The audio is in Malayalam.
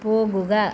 പോകുക